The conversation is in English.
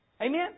Amen